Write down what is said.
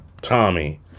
Tommy